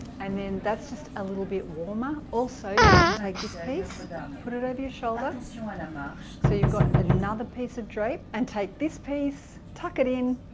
and then that's just a little bit warmer also you can take this piece put it over your shoulder so you've got another piece of drape and take this piece tuck it in